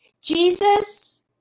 Jesus